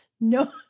no